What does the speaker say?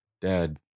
dad